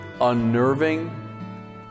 unnerving